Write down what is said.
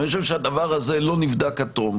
אני חושב שהדבר הזה לא נבדק עד תום,